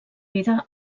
vida